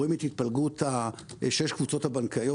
רואים את ההתפלגות של שש הקבוצות הבנקאיות